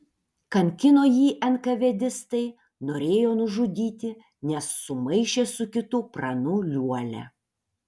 kankino jį enkavedistai norėjo nužudyti nes sumaišė su kitu pranu liuolia